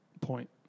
point